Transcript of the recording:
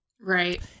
Right